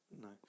No